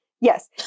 Yes